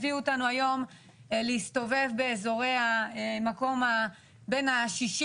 הביאו אותנו היום להסתובב באיזורי המקום בין ה-60